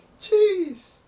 Jeez